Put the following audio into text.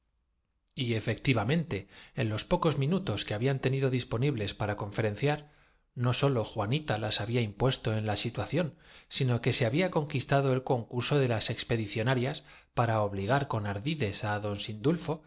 efectivamente en los pocos minutos que habían tenido disponibles para conferenciar no sólo juanita las había impuesto en la situación sino que se había conquistado el concurso de las expedicionarias para obligar con ardides á don sindulfo á